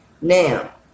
now